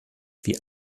wie